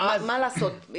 מה אושר?